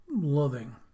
loving